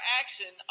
action